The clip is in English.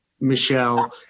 Michelle